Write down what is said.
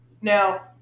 Now